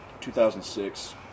2006